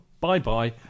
Bye-bye